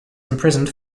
imprisoned